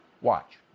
Watch